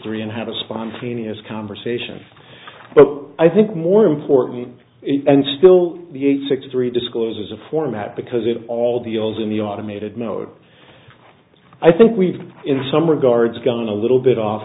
three and have a spontaneous conversation but i think more important and still the eight six three discloses a format because it all deals in the automated mode i think we've in some regards gone a little bit off